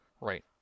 right